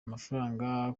amafaranga